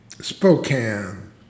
Spokane